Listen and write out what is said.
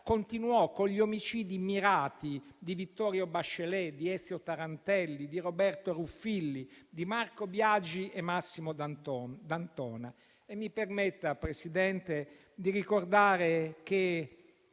continuò con gli omicidi mirati di Vittorio Bachelet, di Ezio Tarantelli, di Roberto Ruffilli, di Marco Biagi e Massimo D'Antona. Mi permetta, Presidente, di ricordare che